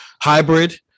hybrid